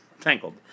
Tangled